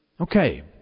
Okay